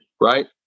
Right